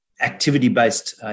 activity-based